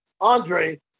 Andre